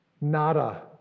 Nada